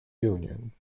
union